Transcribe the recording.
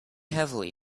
heavily